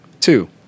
two